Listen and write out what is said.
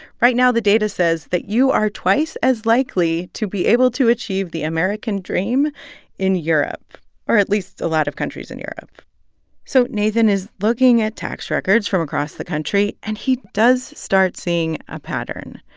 right now, the data says that you are twice as likely to be able to achieve the american dream in europe or at least a lot of countries in europe so nathan is looking at tax records from across the country. and he does start seeing a pattern,